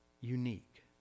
unique